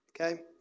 okay